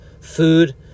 food